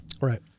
Right